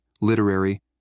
literary